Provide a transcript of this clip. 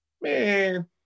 man